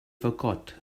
forgot